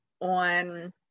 on